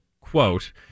quote